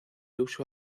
uso